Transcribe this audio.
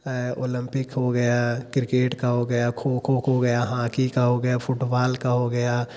Olympic हो गया cricket का हो गया खो खो गया हॉकी का हो गया फ़ुटबॉल का हो गया